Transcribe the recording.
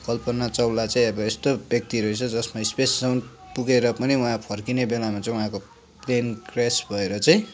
कल्पना चावला चाहिँ अब यस्तो व्यक्ति रहेछ जसमा स्पेससम्म पुगेर पनि उहाँ फर्किने बेलामा चाहिँ उहाँको प्लेन क्र्यास भएर चाहिँ